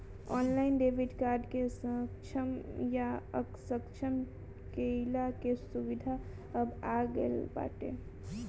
online debit card के सक्षम या असक्षम कईला के सुविधा अब आ गईल बाटे